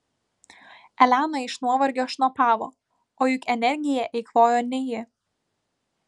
elena iš nuovargio šnopavo o juk energiją eikvojo ne ji